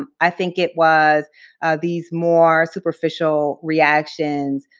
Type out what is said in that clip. um i think it was these more superficial reactions.